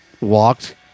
walked